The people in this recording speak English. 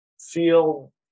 feel